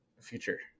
future